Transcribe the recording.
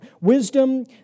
wisdom